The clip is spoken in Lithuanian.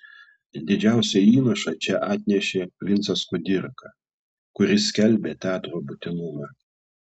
didžiausią įnašą čia atnešė vincas kudirka kuris skelbė teatro būtinumą